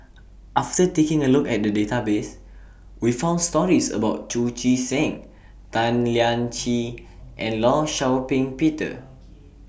after taking A Look At The Database We found stories about Chu Chee Seng Tan Lian Chye and law Shau Ping Peter